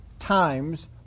times